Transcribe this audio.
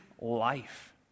life